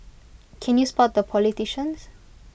can you spot the politicians